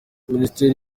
minisiteri